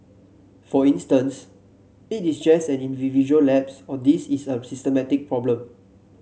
for instance it is just an individual lapse or this is a systemic problem